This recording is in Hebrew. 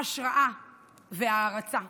השראה והערצה.